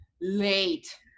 late